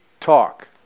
talk